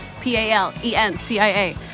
P-A-L-E-N-C-I-A